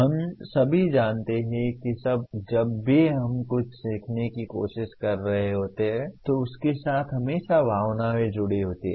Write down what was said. हम सभी जानते हैं कि जब भी हम कुछ सीखने की कोशिश कर रहे होते हैं तो उसके साथ हमेशा भावनाएं जुड़ी होती हैं